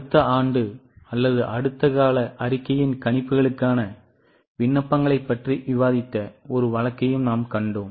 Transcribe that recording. அடுத்த ஆண்டு அல்லது அடுத்த கால அறிக்கையின் கணிப்புகளுக்கான விண்ணப்பங்களைப் பற்றி விவாதித்த ஒரு வழக்கையும் நாம் கண்டோம்